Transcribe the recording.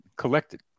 collected